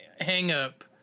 hang-up